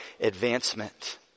advancement